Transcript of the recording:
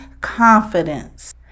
confidence